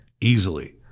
easily